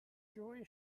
joy